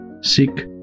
Sick